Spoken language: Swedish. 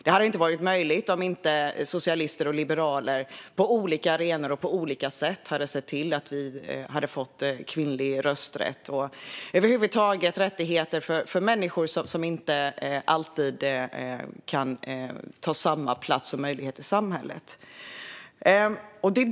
Det hade inte varit möjligt om inte socialister och liberaler på olika arenor och på olika sätt hade sett till att vi fått kvinnlig rösträtt och över huvud taget rättigheter för människor som inte alltid kan ta samma plats eller ha samma möjlighet i samhället.